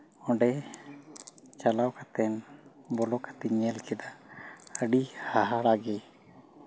ᱚᱸᱰᱮ ᱪᱟᱞᱟᱣ ᱠᱟᱛᱮ ᱵᱚᱞᱚ ᱠᱟᱛᱮ ᱧᱮᱞ ᱠᱮᱫᱟ ᱟᱹᱰᱤ ᱦᱟᱦᱟᱲᱟ ᱜᱮ